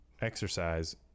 exercise